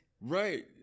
Right